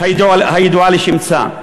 הידועה לשמצה,